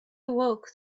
awoke